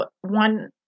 one